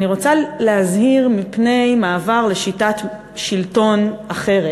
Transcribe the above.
אני רוצה להזהיר מפני מעבר לשיטת שלטון אחרת,